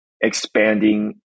expanding